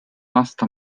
aasta